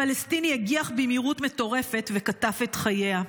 פלסטיני הגיח במהירות מטורפת וקטף את חייה.